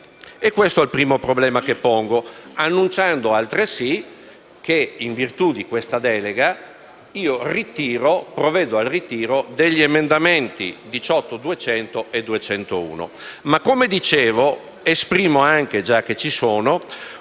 Questo è il prima problema che pongo, annunciando altresì che, in virtù di questa delega, provvedo al ritiro degli emendamenti 18.200 e 18.201. Come dicevo, vorrei anche esprimere la